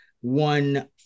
one